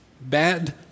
Bad